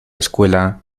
escuela